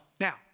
Now